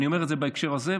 אני אומר את זה בהקשר הזה,